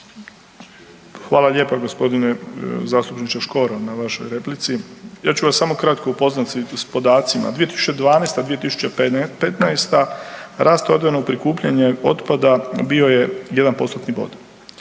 Hvala lijepo g. zastupniče Škoro na vašoj replici. Ja ću vas samo kratko upoznat s podacima. 2012.-2015., rast odvojenog prikupljanja otpada bi je 1%-tni bod,